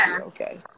okay